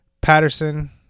Patterson